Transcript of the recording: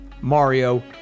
Mario